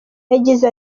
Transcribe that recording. yagize